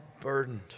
burdened